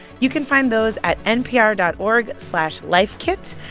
you can find those at npr dot org slash lifekit.